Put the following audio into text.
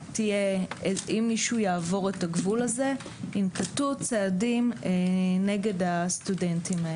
אם מישהו יעבור את הגבול הזה ינקטו צעדים נגד אותם סטודנטים.